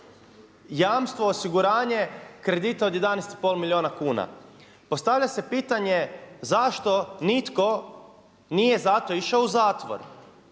jamstvo, osiguranje kredita od 11,5 milijuna kuna. Postavlja se pitanje zašto nitko nije zato išao u zatvor.